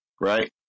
right